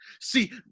See